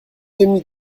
demi